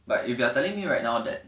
but if you are telling me right now that